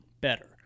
better